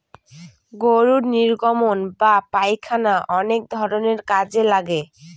গরুর নির্গমন বা পায়খানা অনেক ধরনের কাজে লাগে